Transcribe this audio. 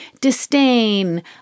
disdain